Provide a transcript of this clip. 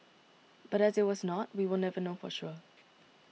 but as it was not we will never know for sure